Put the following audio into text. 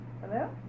Hello